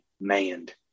manned